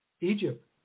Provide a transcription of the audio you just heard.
Egypt